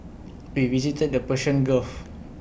we visited the Persian gulf